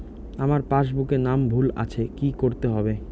আমার পাসবুকে নাম ভুল আছে কি করতে হবে?